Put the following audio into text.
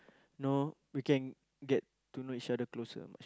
no we can get to know each other closer